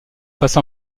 passa